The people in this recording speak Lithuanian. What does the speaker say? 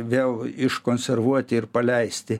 vėl iškonservuoti ir paleisti